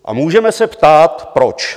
A můžeme se ptát proč?